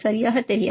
சரியாக தெரியாது